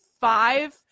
Five